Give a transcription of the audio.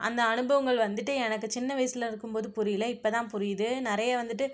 அந்த அனுபவங்கள் வந்துட்டு எனக்கு சின்ன வயசில் இருக்கும் போது புரியல இப்போ தான் புரியுது நிறைய வந்துட்டு